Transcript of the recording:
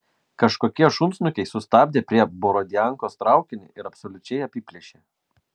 kažkokie šunsnukiai sustabdė prie borodiankos traukinį ir absoliučiai apiplėšė